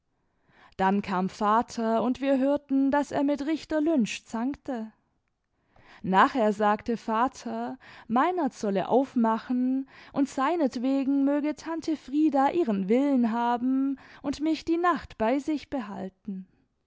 dann kam vater imd wir hörten daß er mit richter lynch zankte nachher sagte vater meinert solle aufmachen und seinetwegen möge tante frieda ihren willen haben und mich die nacht bei sich behalten